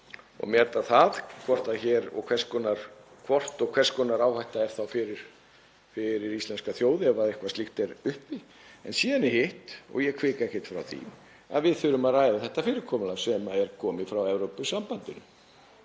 og meta það hvort og hvers konar áhætta er fyrir íslenska þjóð ef eitthvað slíkt er uppi. En síðan er hitt, og ég hvika ekkert frá því, að við þurfum að ræða þetta fyrirkomulag sem er komið frá Evrópusambandinu